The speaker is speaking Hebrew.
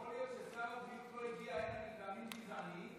יכול להיות ששר הבריאות לא הגיע הנה מטעמים גזעניים?